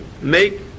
make